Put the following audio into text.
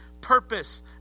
purpose